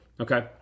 Okay